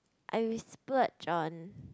I will split John